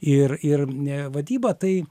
ir ir m e vadyba tai